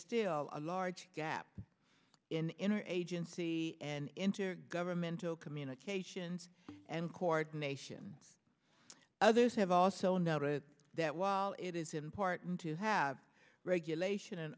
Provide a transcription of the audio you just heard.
still a large gap in our agency and intergovernmental communications and coordination others have also noted that while it is important to have regulation